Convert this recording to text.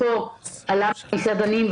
ופה עלה הנושא של המסעדנים,